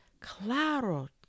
Claro